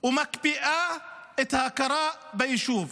והקפיאו את ההכרה ביישוב.